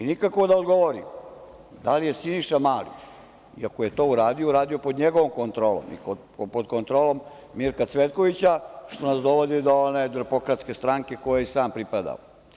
Nikako da odgovori da li je Siniša Mali, i ako je to uradio, uradio pod njegovom kontrolom i pod kontrolom Mirka Cvetkovića, što nas dovodi do one drpokratske kojoj je i sam pripadao.